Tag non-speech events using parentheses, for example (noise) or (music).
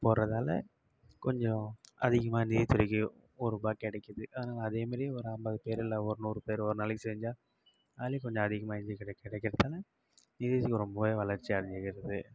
போறதால கொஞ்சம் அதிகமாக இந்த ஏஜ் வரைக்கும் ஒருரூபா கிடைக்குது ஆனால் அதே மாதிரி ஒரு அம்பது பேர் இல்லை ஒரு நூறு பேர் ஒரு நாளைக்கு செஞ்சால் அதுலையும் கொஞ்சம் அதிகமாக கிடைக்கறதால (unintelligible) ரொம்பவே வளர்ச்சி அடைஞ்சுக்கிறது